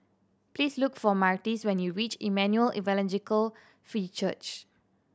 please look for Myrtis when you reach Emmanuel Evangelical Free Church